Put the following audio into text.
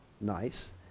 nice